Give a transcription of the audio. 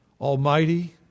Almighty